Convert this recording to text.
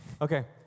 Okay